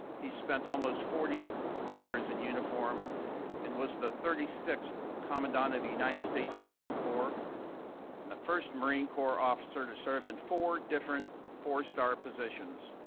he spent almost forty years in uniform and was the thirty sixth commandant of the united states marine corps and the first marine corps officer to serve in four different four-star positions.